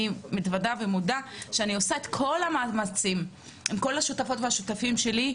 אני מתוודה ומודה שאני עושה את כל המאמצים עם כל השותפות והשותפים שלי,